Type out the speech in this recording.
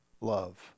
love